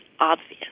obvious